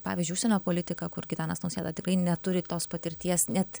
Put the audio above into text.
pavyzdžiui užsienio politika kur gitanas nausėda tikrai neturi tos patirties net